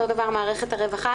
אותו דבר מערכת הרווחה,